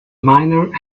miner